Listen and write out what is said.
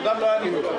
כבודם לא היה נפגע.